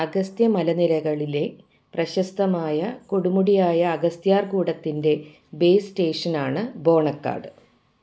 അഗസ്ത്യ മലനിരകളിലെ പ്രശസ്തമായ കൊടുമുടിയായ അഗസ്ത്യാർ കൂടത്തിൻ്റെ ബേസ് സ്റ്റേഷനാണ് ബോണക്കാട്